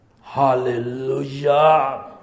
Hallelujah